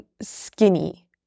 skinny